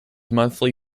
monthly